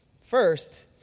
First